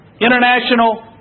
International